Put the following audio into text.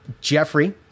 Jeffrey